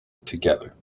together